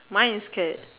mine is skirt